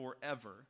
forever